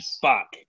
fuck